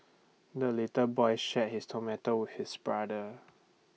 the little boy shared his tomato with his brother